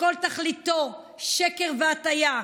שכל תכליתו שקר והטעיה,